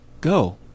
Go